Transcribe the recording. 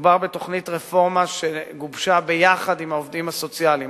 מדובר בתוכנית רפורמה שגובשה ביחד עם העובדים הסוציאליים,